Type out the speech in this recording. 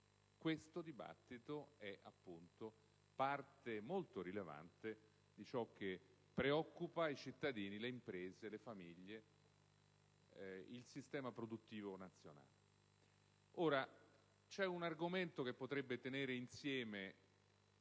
stiamo svolgendo è, appunto, parte molto rilevante di ciò che preoccupa i cittadini, le imprese, le famiglie e il sistema produttivo nazionale. Vi è un argomento che potrebbe tenere insieme